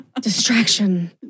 Distraction